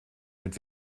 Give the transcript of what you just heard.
mit